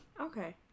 Okay